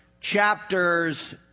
chapters